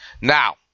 Now